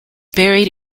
buried